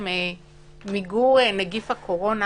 למיגור נגיף הקורונה